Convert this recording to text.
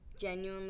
genuinely